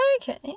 Okay